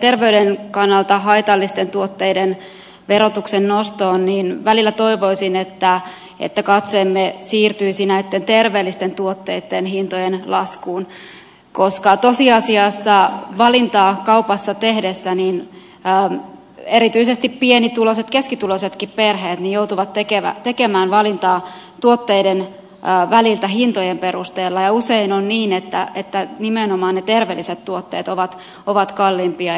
terveyden kannalta haitallisten tuotteiden verotuksen nostoon niin toivoisin että välillä katseemme siirtyisi näitten terveellisten tuotteitten hintojen laskuun koska tosiasiassa valintaa kaupassa tehdessään erityisesti pienituloiset keskituloisetkin perheet joutuvat tekemään valintaa tuotteiden välillä hintojen perusteella ja usein on niin että nimenomaan ne terveelliset tuotteet ovat kalliimpia